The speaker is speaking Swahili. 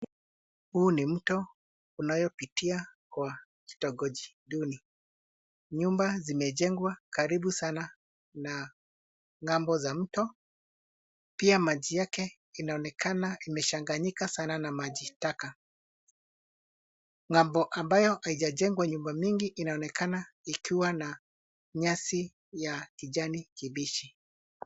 Huu ni mto unaopitia kwa kitongoji duni. Nyumba zimejengwa karibu sana na ng'ambo za mto pia maji yake inaonekana imechanganyika sana na maji taka. Ng'ambo ambayo haijajengwa nyumba mingi inaonekana ikiwa na nyasi ya kijani kibichi.